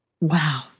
Wow